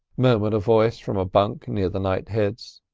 murmured a voice from a bunk near the knightheads.